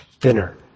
thinner